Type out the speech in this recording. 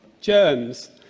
germs